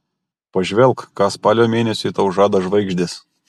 pažvelk ką spalio mėnesiui tau žada žvaigždės